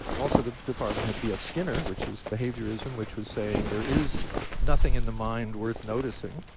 also the department had b. f. skinner, which was behaviorism, which was saying there is nothing in the mind worth noticing.